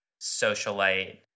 socialite